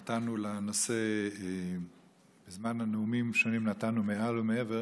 נתנו לנושא בזמן הנאומים השונים מעל ומעבר,